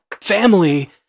family